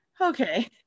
okay